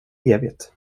evigt